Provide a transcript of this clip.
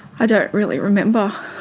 i don't really remember.